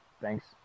Thanks